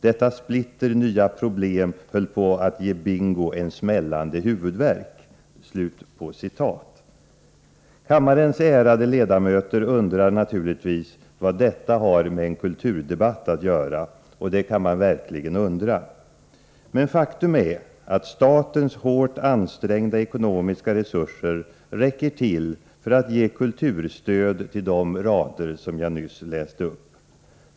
Detta splitter nya problem höll på att ge Bingo en smällande huvudvärk.” Kammarens ärade ledamöter undrar naturligtvis vad detta har med en kulturdebatt att göra, och det kan man verkligen undra. Men faktum är att statens hårt ansträngda ekonomiska resurser räcker till för att ge kulturstöd till de rader som jag nyss läste upp.